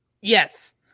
Yes